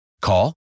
Call